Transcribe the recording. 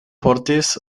portis